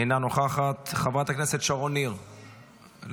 אינה נוכחת, חברת הכנסת שרון ניר, מוותרת,